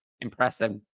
impressive